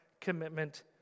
commitment